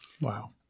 Wow